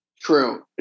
True